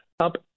Up